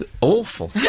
awful